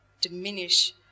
diminish